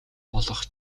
болох